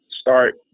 start